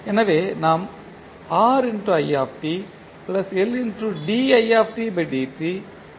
எனவே நாம் என செய்யலாம்